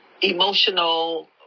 emotional